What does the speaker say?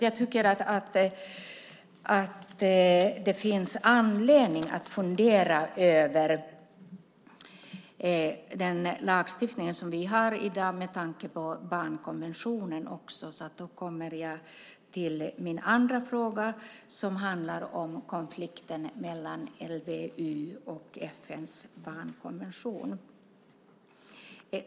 Jag tycker att det finns anledning att fundera över den lagstiftning som vi har i dag, också med tanke på barnkonventionen. Jag kommer då till min andra fråga, som handlar om konflikten mellan LVU och FN:s barnkonvention.